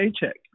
paycheck